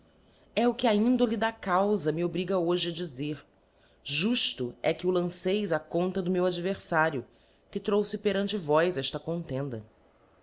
e o que a índole da caufa me obriga hoje a dizer jufto é que o lanceis á conta do meu adverlario que trouxe perante vós eíta contenda